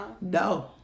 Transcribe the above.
No